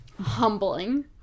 Humbling